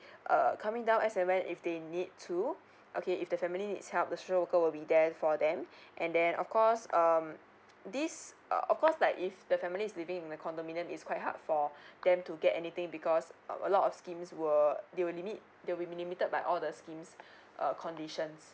err coming down as and when if they need to okay if the family needs help the social worker will be there for them and then of course um this uh of course like if the family is living in the condominium is quite hard for them to get anything because uh a lot of scheme were they will limit they will be limited by all the schemes uh conditions